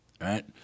right